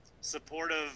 supportive